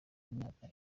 imyaka